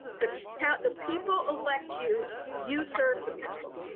the yeah the people elect you you serve the people.